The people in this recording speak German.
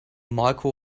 marco